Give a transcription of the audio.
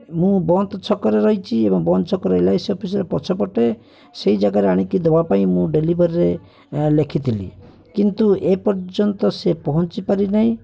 ମୁଁ ବନ୍ତ୍ ଛକରେ ରହିଛି ଏବଂ ବନ୍ତ୍ ଛକରେ ଏଲ୍ ଆଇ ସି ଅଫିସ୍ର ପଛପଟେ ସେହି ଜାଗାରେ ଆଣିକି ଦେବା ପାଇଁ ମୁଁ ଡେଲିଭରିରେ ଲେଖିଥିଲି କିନ୍ତୁ ଏପର୍ଯ୍ୟନ୍ତ ସେ ପହଞ୍ଚି ପାରିନାହିଁ